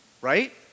Right